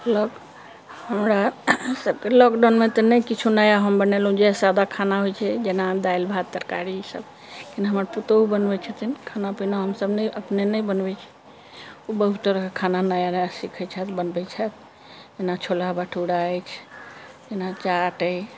lock हमरा सभके लॉकडाउनमे तऽ नहि किछो नया हम बनेलहुँ जे सादा खाना होइ छै जेना दालि भात तरकारी ई सभ लेकिन हमर पुतहु बनबै छथिन खाना पीना हम सभ नहि अपने नहि बनबै छी ओ बहुत तरहके खाना नया नया खाना सीखै छथि बनबै छथि जेना छोला भटूरा अछि जेना चाट अइ